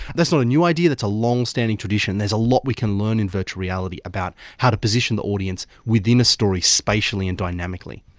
that's not new idea, that's a long-standing tradition. there's a lot we can learn in virtual reality about how to position the audience within a story spatially and dynamically.